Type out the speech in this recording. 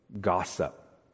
gossip